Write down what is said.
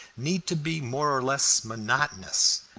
need to be more or less monotonous.